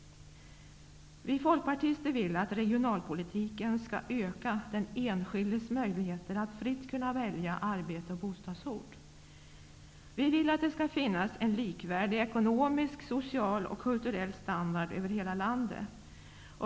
Vi folkpartister vill att regionalpolitiken skall öka den enskildes möjligheter att fritt välja arbete och bostadsort. Vi vill att det skall finnas en likvärdig ekonomisk, social och kulturell standard över hela landet.